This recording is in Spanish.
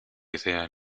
idea